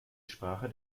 sprache